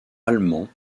allemands